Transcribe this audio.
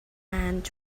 and